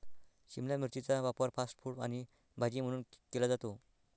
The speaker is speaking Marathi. शिमला मिरचीचा वापर फास्ट फूड आणि भाजी म्हणून केला जातो